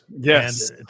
Yes